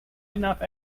enough